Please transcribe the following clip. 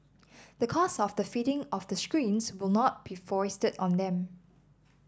the cost of the fitting of the screens will not be foisted on them